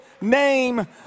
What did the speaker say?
name